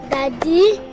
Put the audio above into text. Daddy